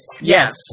Yes